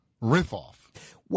riff-off